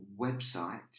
website